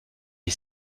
est